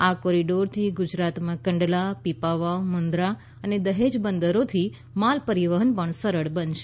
આ કોરીડોરથી ગુજરાતમાં કંડલા પીપાવાવ મુન્દ્રા અને દહેજ બંદરોથી માલ પરિવહન પણ સરળ બનશે